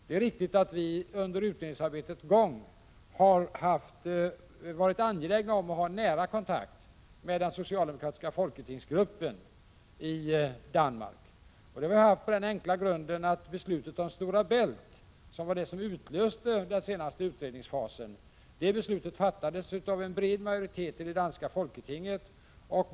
Det är riktigt att vi under utredningsarbetets gång har varit angelägna om att ha nära kontakt med den socialdemokratiska folketingsgruppen i Danmark av den enkla anledningen att beslutet om förbindelserna över Stora Bält, som var det som utlöste den senaste utredningsfasen i fråga om Öresundsförbindelserna, fattades av en bred majoritet i det danska folketinget.